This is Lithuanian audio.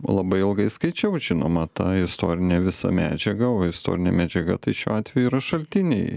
labai ilgai skaičiau žinoma tą istorinę visą medžiagą o istorinė medžiaga tai šiuo atveju yra šaltiniai